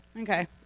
Okay